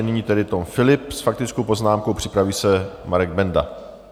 Nyní tedy Tom Philipp s faktickou poznámkou, připraví se Marek Benda.